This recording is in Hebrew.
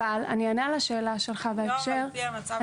אבל אני אענה על השאלה שלך בהקשר --- שנייה.